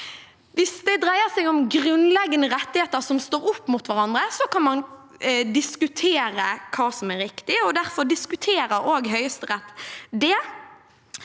Hvis det dreier seg om grunnleggende rettigheter som står opp mot hverandre, kan man diskutere hva som er riktig, og derfor diskuterer også Høyesterett det.